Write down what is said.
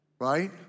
right